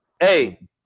Hey